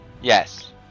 Yes